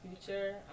future